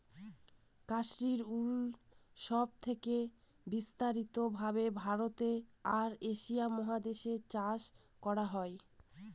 Kashmiri wool সব থেকে বিস্তারিত ভাবে ভারতে আর এশিয়া মহাদেশে চাষ করা হয়